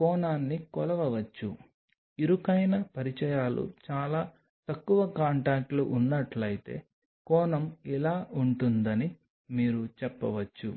కోణాన్ని కొలవవచ్చు ఇరుకైన పరిచయాలు చాలా తక్కువ కాంటాక్ట్లు ఉన్నట్లయితే కోణం ఇలా ఉంటుందని మీరు చెప్పవచ్చు